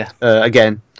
again